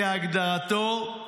כהגדרתו,